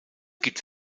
gibt